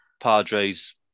Padres